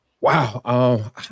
Wow